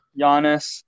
Giannis